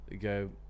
go